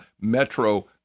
Metro